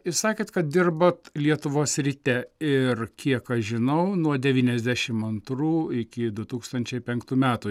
ir sakėt kad dirbot lietuvos ryte ir kiek aš žinau nuo devyniasdešim antrų iki du tūkstančiai penktų metų